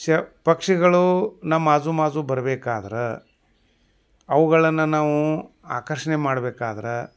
ಶ ಪಕ್ಷಿಗಳು ನಮ್ಮ ಆಜುಬಾಜು ಬರ್ಬೇಕಾದ್ರೆ ಅವ್ಗಳನ್ನು ನಾವು ಆಕರ್ಷಣೆ ಮಾಡ್ಬೇಕಾದ್ರೆ